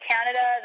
Canada